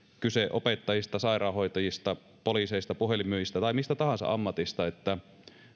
kyse opettajista sairaanhoitajista poliiseista puhelinmyyjistä tai mistä tahansa ammatista että